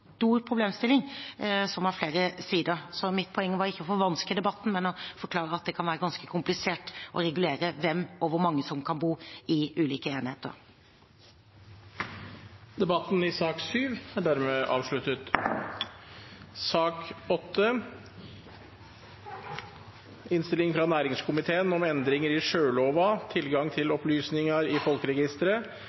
problemstilling som har flere sider. Mitt poeng var ikke å forvanske debatten, men å forklare at det kan være ganske komplisert å regulere hvem og hvor mange som kan bo i ulike enheter. Flere har ikke bedt om ordet til sak